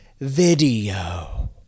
video